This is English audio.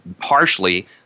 harshly